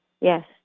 Yes